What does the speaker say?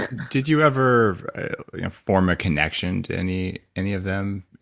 did you ever form a connection to any any of them?